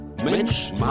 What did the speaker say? Mensch